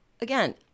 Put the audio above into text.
Again